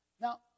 Now